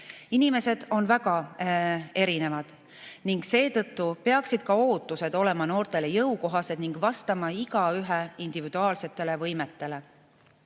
Inimesed on väga erinevad ning seetõttu peaksid ka ootused olema noortele jõukohased ning vastama igaühe individuaalsetele võimetele. Head